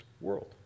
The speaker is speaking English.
world